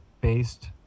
based